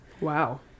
Wow